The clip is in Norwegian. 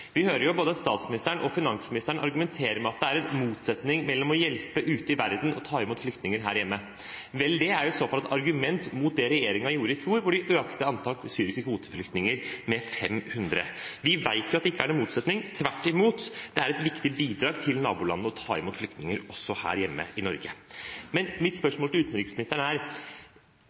Vi hører at både statsministeren og finansministeren argumenterer med at det er en motsetning mellom det å hjelpe ute i verden og det å ta imot flyktninger her hjemme. Vel, det er i så fall et argument mot det regjeringen gjorde i fjor, hvor de økte antallet syriske kvoteflyktninger med 500. Vi vet at det ikke er noen motsetning. Tvert imot, det er et viktig bidrag til nabolandene å ta imot flyktninger også her hjemme i